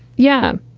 yeah,